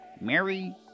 Mary